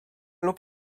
lub